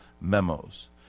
memos